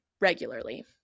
regularly